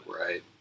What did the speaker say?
Right